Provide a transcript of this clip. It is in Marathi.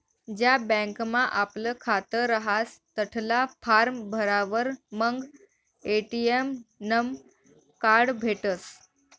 ज्या बँकमा आपलं खातं रहास तठला फार्म भरावर मंग ए.टी.एम नं कार्ड भेटसं